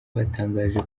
batangaje